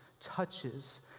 touches